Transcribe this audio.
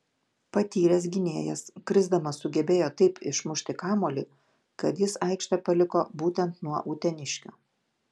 patyręs gynėjas krisdamas sugebėjo taip išmušti kamuolį kad jis aikštę paliko būtent nuo uteniškio